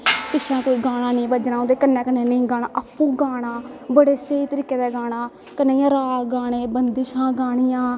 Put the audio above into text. पिच्छैं कोई गाना नी बज्जना उंदै कन्नै कन्नै नेंई गाना अपू गाना बड़े स्हेई तरीके दे गाना कन्नै इयां राग गाने बंदिशां गानियां